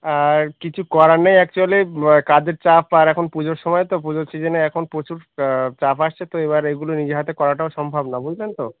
আর কিছু করার নেই অ্যাকচুয়ালি কাজের চাপ আর এখন পুজোর সময় তো পুজোর সিজেনে এখন প্রচুর চাপ আসছে তো এবার এগুলো নিজে হাতে করাটাও সম্ভব না বুঝলেন তো